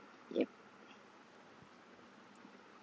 yup